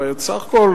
הרי בסך הכול